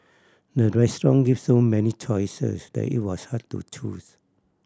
the restaurant gave so many choices that it was hard to choose